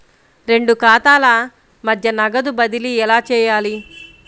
రెండు ఖాతాల మధ్య నగదు బదిలీ ఎలా చేయాలి?